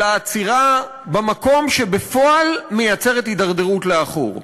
אלא עצירה במקום שבפועל מייצרת הידרדרות לאחור,